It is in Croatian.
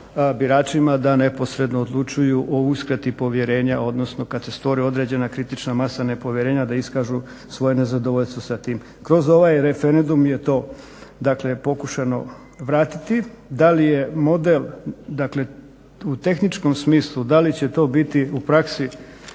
biračima da neposredno odlučuju o uskrati povjerenja, odnosno kad se stvori određena kritična masa nepovjerenja da iskažu svoje nezadovoljstvo sa tim. Kroz ovaj referendum je to dakle pokušano vratiti. Da li je model, dakle u tehničkom smislu da li će to biti u praski